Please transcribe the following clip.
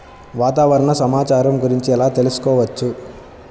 వాతావరణ సమాచారం గురించి ఎలా తెలుసుకోవచ్చు?